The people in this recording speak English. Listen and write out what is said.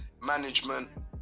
management